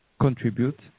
contribute